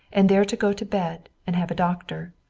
and there to go to bed and have a doctor.